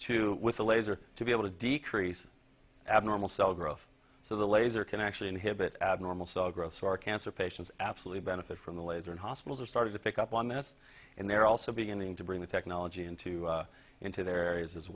to with a laser to be able to decrease abnormal cell growth so the laser can actually inhibit abnormal cell growth so our cancer patients absolutely benefit from the laser and hospitals are starting to pick up on that and they're also beginning to bring the technology into into their a